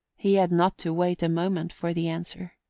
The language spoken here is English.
he had not to wait a moment for the answer.